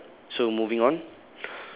okay alright so moving on